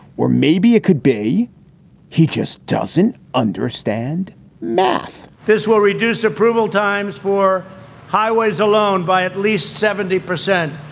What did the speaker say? or maybe it could be he just doesn't understand math this will reduce approval times for highways alone by at least seventy percent.